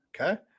Okay